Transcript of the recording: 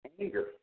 Anger